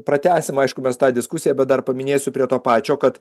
pratęsim aišku mes tą diskusiją bet dar paminėsiu prie to pačio kad